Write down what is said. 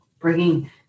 bringing